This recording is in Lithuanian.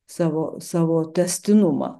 savo savo tęstinumą